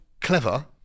clever